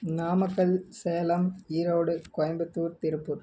Namakkal Salem Erode Coimbatore Tiruppur